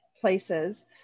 places